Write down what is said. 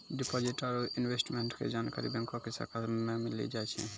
deposit आरू investment के जानकारी बैंको के शाखा मे मिली जाय छै